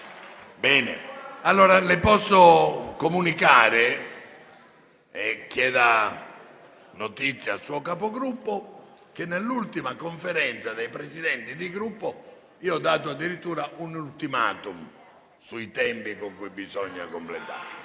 finestra"). Le posso comunicare - chieda conferma al suo Capogruppo - che nell'ultima Conferenza dei Presidenti di Gruppo ho dato addirittura un *ultimatum* sui tempi con cui bisogna completare.